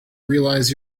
realize